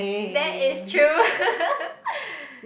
that is true